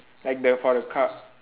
like the for the car